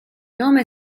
nome